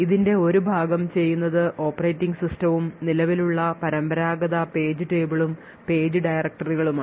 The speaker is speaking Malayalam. ഇതിന്റെ ഒരു ഭാഗം ചെയ്യുന്നത് ഓപ്പറേറ്റിംഗ് സിസ്റ്റവും നിലവിലുള്ള പരമ്പരാഗത പേജ് table ഉം പേജ് ഡയറക്ടറികളുമാണ്